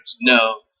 No